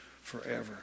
forever